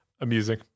amusing